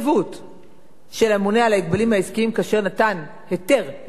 של הממונה על ההגבלים העסקיים כאשר נתן היתר לאותה בעלות אנכית,